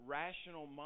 rational